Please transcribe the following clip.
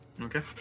Okay